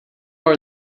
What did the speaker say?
are